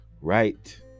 right